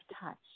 touch